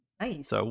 Nice